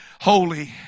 Holy